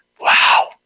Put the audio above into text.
wow